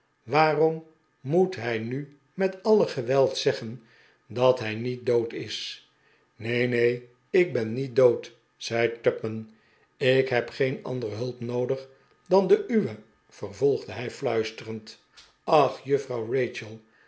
waarom moet hij nu met alle geweld zeggen dat hij niet dood is neen neen ik ben niet dood zei tupman ik heb geen andere hulp noodig dan de uwe vervolgde hij fluisterend ach juffrouw